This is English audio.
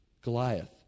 Goliath